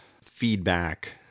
feedback